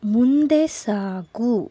ಮುಂದೆ ಸಾಗು